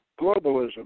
globalism